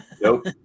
nope